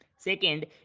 Second